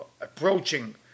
approaching